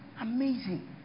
amazing